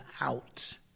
out